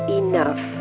enough